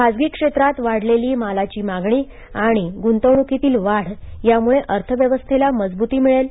खासगी क्षेत्रांत वाढलेली मालाची मागणी आणि गुतवणूकीतील वाढ यामुळे अर्थव्यवस्थेला मजबुती मिळेल